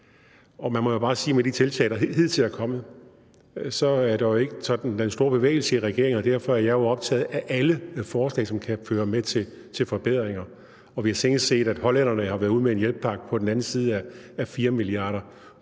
Og man må bare sige, at med de tiltag, der hidtil er kommet, er der jo ikke sådan den store bevægelse i regeringen, og derfor er jeg optaget af alle forslag, som kan føre til forbedringer. Vi har senest set, at hollænderne har været ude med en hjælpepakke på den anden side af 4 mia. kr.